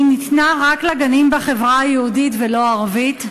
ניתנה רק לגנים בחברה היהודית ולא הערבית.